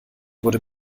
wurde